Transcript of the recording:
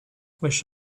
wish